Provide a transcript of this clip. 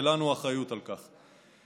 ולנו האחריות על כך.